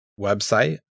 website